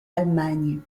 allemagne